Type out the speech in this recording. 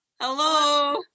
hello